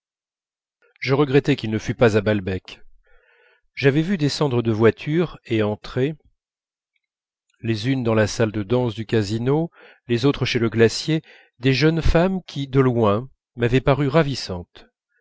je regrettais qu'il ne fût pas à balbec j'avais vu descendre de voiture et entrer les unes dans la salle de danse du casino les autres chez le glacier des jeunes femmes qui de loin m'avaient paru ravissantes